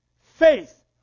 faith